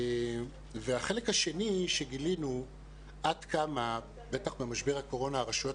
החלק השני שגילינו עד כמה בטח במשבר הקורונה הרשויות